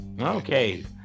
Okay